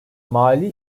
mali